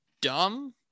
dumb